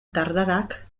dardarak